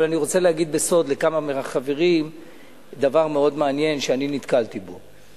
אבל אני רוצה להגיד בסוד לכמה מהחברים דבר מאוד מעניין שאני נתקלתי בו.